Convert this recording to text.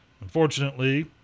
Unfortunately